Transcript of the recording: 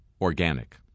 organic